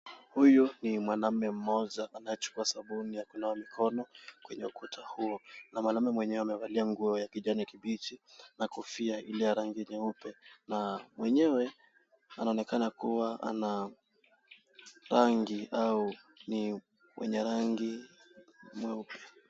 Huyu ni mwanaume mmoja anayechukua sabuni ya kunawa mikono kwenye ukuta huo na mwanume mwenye amevalia nguo ya kijani kibichi na kofia ile ya rangi nyeupe na mwenyewe anaonekana kuwa ana rangi au ni wenye rangi mweupe.